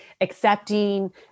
accepting